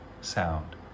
sound